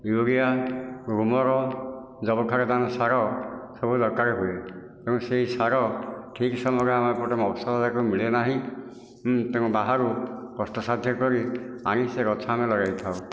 urea ଗ୍ରୁମର ଯବକ୍ଷାରଜାନ ସାର ସବୁ ଦରକାର ହୁଏ ତେଣୁ ସେହି ସାର ଠିକ ସମୟରେ ଆମ ଏପଟେ ମଫସଲ ୟାଡ଼େ ମିଳେ ନାହିଁ ତେଣୁ ବାହାରୁ କଷ୍ଟସାଧ୍ୟ କରି ଆଣି ସେ ଗଛ ଆମେ ଲଗେଇଥାଉ